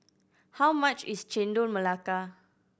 how much is Chendol Melaka